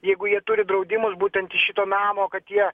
jeigu jie turi draudimus būtent iš šito namo kad jie